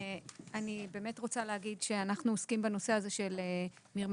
אני באמת רוצה להגיד שאנחנו עוסקים בנושא הזה של מרמה